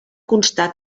constar